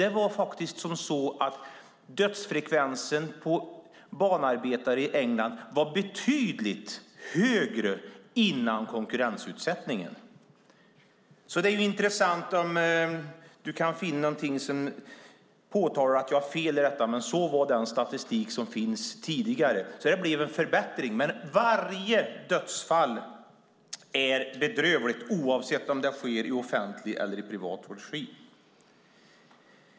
Det var faktiskt så att dödsfrekvensen bland banarbetare i England var betydligt högre före konkurrensutsättningen. Det vore intressant om Anders Ygeman kunde finna någonting som påtalar att jag har fel i detta, men så var den statistik som fanns tidigare. Det blev alltså en förbättring. Varje dödsfall är dock bedrövligt, oavsett om det sker i offentlig eller privat regi.